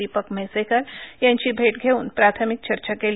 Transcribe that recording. दीपक म्हैसेकर यांची भेट घेऊन प्राथमिक चर्चा केली